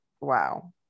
wow